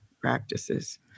practices